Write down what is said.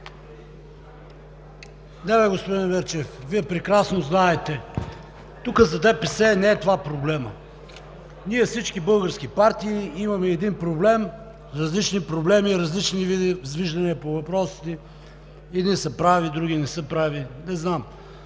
в ПГ): Господин Мирчев, Вие прекрасно знаете – тук за ДПС не е това проблемът. Ние – всички български партии, имаме един проблем, различни проблеми, различни виждания по въпросите – едни са прави, други не са, не знам.